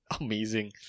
amazing